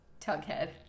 Tughead